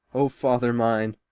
o father mine!